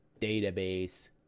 database